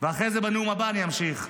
ואחרי זה בנאום הבא אני אמשיך.